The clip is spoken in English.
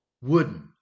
Wooden